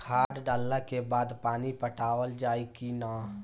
खाद डलला के बाद पानी पाटावाल जाई कि न?